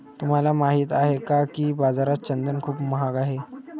तुम्हाला माहित आहे का की बाजारात चंदन खूप महाग आहे?